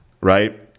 right